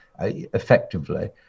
Effectively